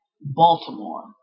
Baltimore